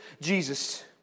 Jesus